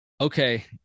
Okay